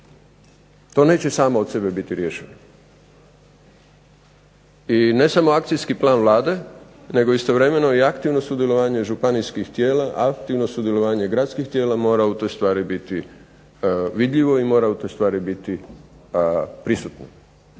To neće samo od sebe biti riješeno. I ne samo akcijski plan Vlade, nego istovremeno i aktivno sudjelovanje županijskih tijela, aktivno sudjelovanje gradskih tijela mora u toj stvari biti vidljivo i mora u toj stvari biti prisutno